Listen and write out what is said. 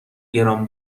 گران